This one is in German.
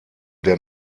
der